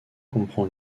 comprend